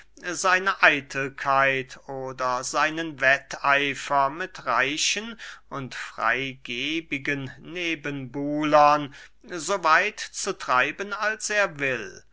seine eitelkeit oder seinen wetteifer mit reichen und freygebigen nebenbuhlern so weit zu treiben als er will